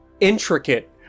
intricate